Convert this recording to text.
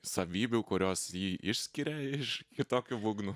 savybių kurios jį išskiria iš kitokių būgnų